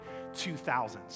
2000s